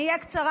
אני אהיה קצרה,